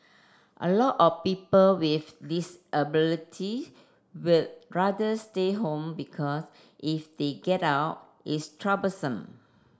a lot of people with disability would rather stay home because if they get out it's troublesome